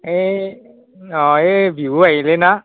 এই অঁ এই বিহু আহিলে না